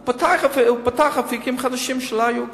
הוא פתח אפיקים חדשים שלא היו כאן.